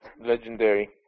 legendary